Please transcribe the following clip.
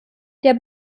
der